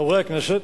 חברי הכנסת,